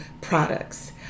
products